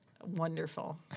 wonderful